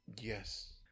Yes